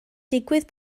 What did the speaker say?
digwydd